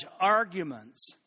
arguments